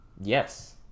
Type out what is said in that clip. yes